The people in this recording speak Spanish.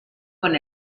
con